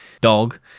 dog